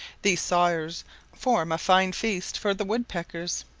these sawyers form a fine feast for the woodpeckers,